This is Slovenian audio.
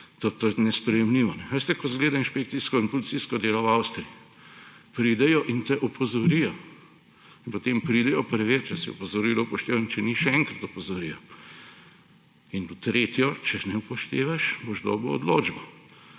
To je nesprejemljivo. Veste, kako izgleda inšpekcijsko in policijsko delo v Avstriji? Pridejo in te opozorijo. In potem pridejo preverit, če si opozorilo upošteval; in če nisi, še enkrat opozorijo; in v tretje, če ne upoštevaš, boš dobil odločbo.